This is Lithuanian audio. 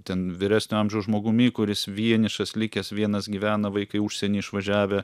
ten vyresnio amžiaus žmogumi kuris vienišas likęs vienas gyvena vaikai užsieny išvažiavę